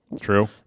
True